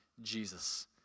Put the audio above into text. Jesus